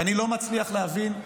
ואני לא מצליח להבין,